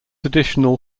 additional